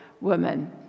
woman